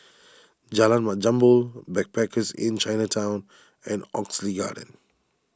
Jalan Mat Jambol Backpackers Inn Chinatown and Oxley Garden